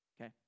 Okay